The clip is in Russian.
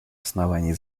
основании